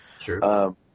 Sure